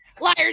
liars